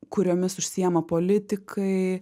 kuriomis užsiima politikai